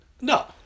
No